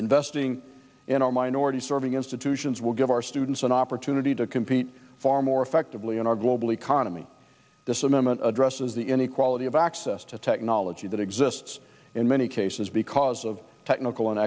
investing in our minority serving institutions will give our students an opportunity to compete far more effectively in our global economy this amendment addresses the inequality of access to technology that exists in many cases because of technical an